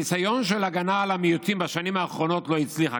הניסיון של הגנה על המיעוטים בשנים האחרונות לא הצליח,